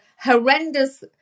horrendous